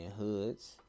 hoods